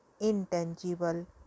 intangible